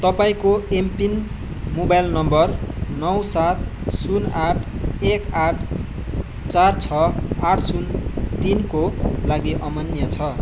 तपाईँको MPIN mobile number नौ सात शून्य आठ एक आठ चार छ आठ शून्य तिनको लागि अमान्य छ